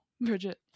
Bridget